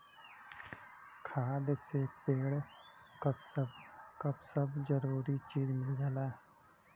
खाद से पेड़ क सब जरूरी चीज मिल जाला